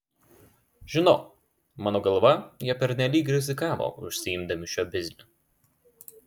žinau mano galva jie pernelyg rizikavo užsiimdami šiuo bizniu